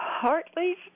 Partly